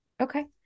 Okay